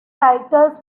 titles